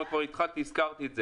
אם כבר הזכרתי את זה,